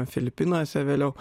filipinuose vėliau